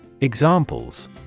Examples